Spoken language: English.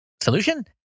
Solution